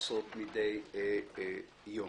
לעשות מדי יום.